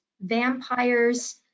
vampires